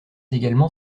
également